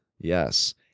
Yes